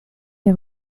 les